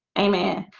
amen